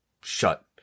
shut